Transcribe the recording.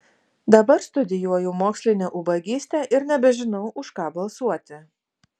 dabar studijuoju mokslinę ubagystę ir nebežinau už ką balsuoti